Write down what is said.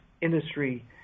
industry